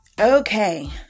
okay